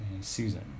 Susan